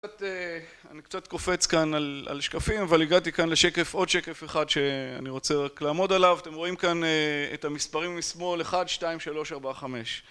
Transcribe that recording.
אני קצת קופץ כאן על השקפים אבל הגעתי כאן לשקף, עוד שקף אחד שאני רוצה רק לעמוד עליו אתם רואים כאן את המספרים משמאל 1, 2, 3, 4, 5